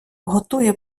готує